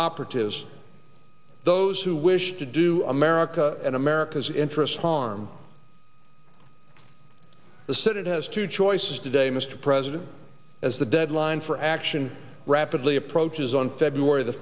operatives those who wish to do america and america's interests harm the senate has two choices today mr president as the deadline for action rapidly approaches on february the